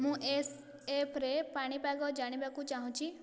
ମୁଁ ଏସ୍ଏଫ୍ରେ ପାଣିପାଗ ଜାଣିବାକୁ ଚାହୁଁଛି